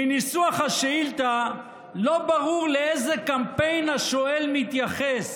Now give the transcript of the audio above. "מניסוח השאילתה לא ברור לאיזה קמפיין השואל מתייחס